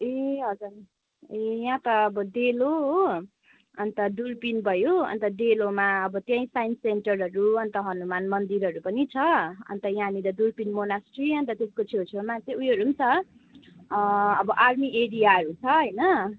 ए हजुर ए यहाँ त अब डेलो हो अन्त दुर्बिन भयो अन्त डेलोमा त्यही साइन्स सेन्टरहरू हनुमान मन्दिरहरू पनि छ अन्त यहाँनिर दुर्बिन मोनेस्ट्री अनि त्यसको छेउछाउमा चाहिँ उयोहरू पनि छ अब आर्मी एरियाहरू छ होइन